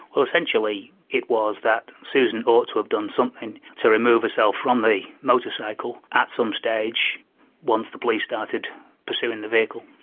essentially it was that susan ought to have done something to remove herself from the motorcycle at some stage once the police started pursuing the vehicle.